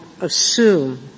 assume